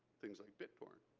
things like bittorrent.